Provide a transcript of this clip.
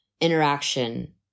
interaction